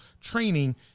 training